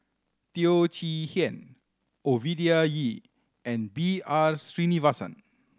Teo Chee Hean Ovidia Yu and B R Sreenivasan